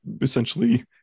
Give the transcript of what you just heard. essentially